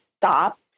stop